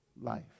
life